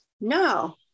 no